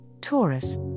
Taurus